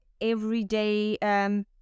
everyday